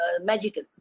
magical